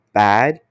bad